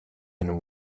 and